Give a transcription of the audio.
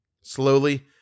Slowly